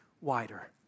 wider